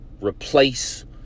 replace